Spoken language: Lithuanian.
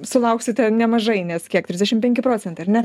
sulauksite nemažai nes kiek trisdešim penki procentai ar ne